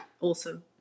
Awesome